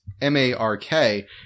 M-A-R-K